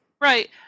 Right